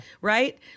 right